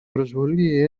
προσβολή